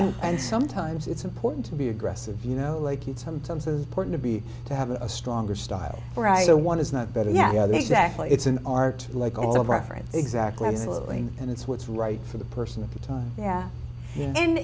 and sometimes it's important to be aggressive you know like it's sometimes a point to be to have a stronger style for either one is not better yeah exactly it's an art like all preference exactly absolutely and it's what's right for the person at the time yeah